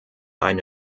eine